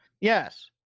Yes